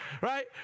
right